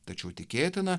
tačiau tikėtina